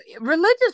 religious